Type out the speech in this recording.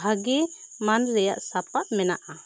ᱵᱷᱟ ᱜᱤ ᱢᱟᱱ ᱨᱮᱭᱟᱜ ᱥᱟᱯᱟᱵᱽ ᱢᱮᱱᱟᱜᱼᱟ